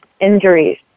injuries